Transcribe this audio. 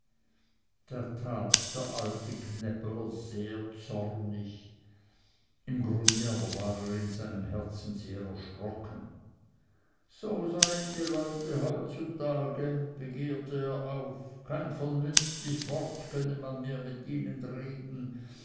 da tat der alte gnäppeler sehr zornig im grunde aber war er in seinem herzen sehr erschrocken so seien die leute heutzutage begehrte er auf kein vernünftig wort könne man mehr mit ihnen reden